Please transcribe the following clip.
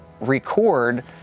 record